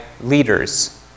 leaders